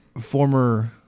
Former